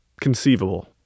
conceivable